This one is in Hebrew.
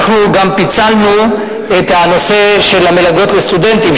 אנחנו גם פיצלנו את הנושא של המלגות לסטודנטים,